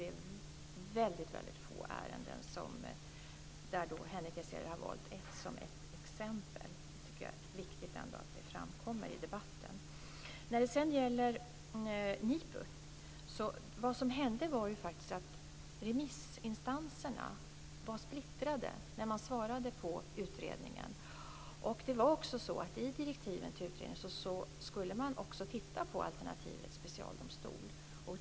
Det är alltså väldigt få ärenden, och Henrik S Järrel har valt ett av dessa som ett exempel. Jag tycker ändå är det är viktigt att det framkommer i debatten. Det som hände i fråga om NIPU var ju faktiskt att remissinstanserna var splittrade när man svarade på utredningen. Det var också så att man enligt direktiven till utredningen skulle titta på alternativet specialdomstol.